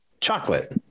chocolate